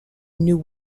new